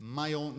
mają